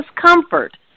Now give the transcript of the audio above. discomfort